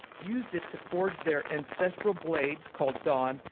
used it to forge their ancestral blade called dawn,